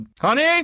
honey